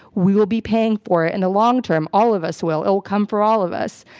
we will be paying for it in the long term. all of us will. it will come for all of us,